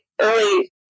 early